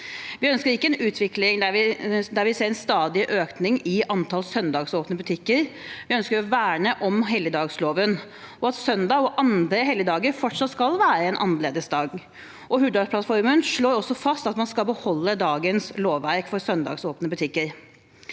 Vi ønsker ikke en utvikling der vi ser en stadig økning i antall søndagsåpne butikker. Vi ønsker å verne om helligdagsfredloven, og at søndag og andre helligdager fortsatt skal være en annerledesdag. Hurdalsplattformen slår også fast at man skal beholde dagens lovverk for søndagsåpne butikker.